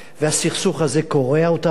והסכסוך הזה קורע אותנו,